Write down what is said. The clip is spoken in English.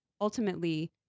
ultimately